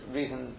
reason